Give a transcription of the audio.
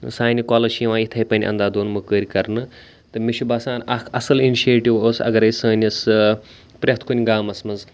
سانہِ کۄلہٕ چھِ یوان یِتھے پٲٹھۍ اندھا دُن مٕکٕر کرنہٕ تہٕ مےٚ چھُ باسَان اَکھ اَصٕل اِنِشیٹِو اوس اگرے سٲنِس پرٮ۪تھ کُنہِ گامَس منٛز